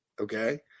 Okay